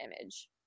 image